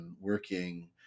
working